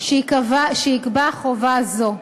שיקבע חובה זו.